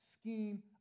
scheme